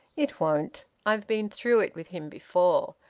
it won't. i've been through it with him before,